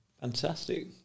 Fantastic